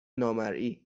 نامرئی